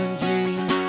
dreams